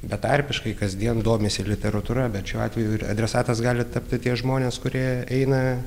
betarpiškai kasdien domisi literatūra bet šiuo atveju ir adresatas gali tapti tie žmonės kurie eina